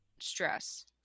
stress